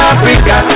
Africa